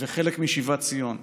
וחלק משיבת ציון,